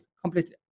completely